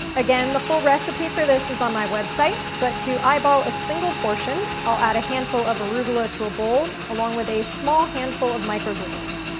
again, the full recipe for this is on my website, but to eyeball a single portion, i'll add a handful of arugula to a bowl, along with a small handful of microgreens.